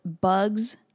Bugs